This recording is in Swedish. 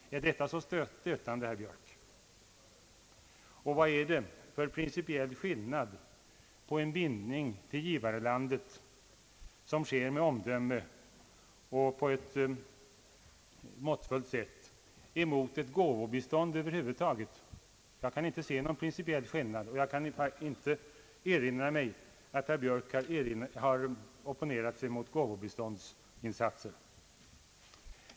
Är detta så stötande, herr Björk? Och vad är det för principiell skillnad mellan en bindning till givarlandet som sker med omdöme och på ett måttfullt sätt och ett gåvobistånd över huvud taget? Jag kan inte se någon principiell skillnad, och jag kan inte erinra mig att herr Björk har opponerat sig mot gåvobiståndsinsatser.